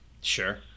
Sure